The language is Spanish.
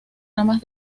ramas